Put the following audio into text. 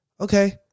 Okay